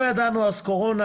לא ידענו אז על קורונה,